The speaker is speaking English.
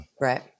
Right